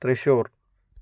Thrissur